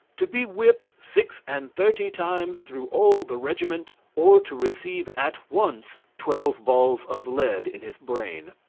to be whipped six-and-thirty times through all the regiment, or to receive at once twelve balls of lead in his brain.